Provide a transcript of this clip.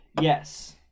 yes